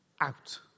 out